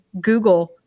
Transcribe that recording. Google